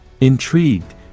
Intrigued